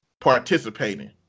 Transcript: participating